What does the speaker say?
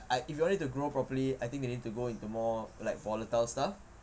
I if you want it to grow properly I think they need to go into more like volatile stuff